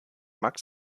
max